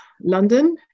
london